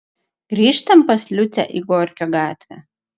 grįžtam pas liucę į gorkio gatvę